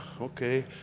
okay